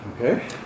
Okay